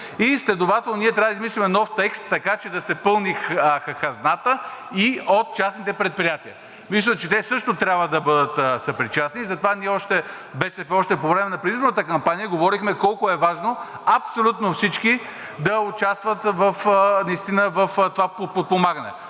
следователно ние трябва да измислим нов текст, така че да се пълни хазната и от частните предприятия. Мисля, че те също трябва да бъдат съпричастни. Затова БСП още по време на предизборната кампания говорехме колко е важно абсолютно всички да участват наистина в това подпомагане.